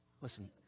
Listen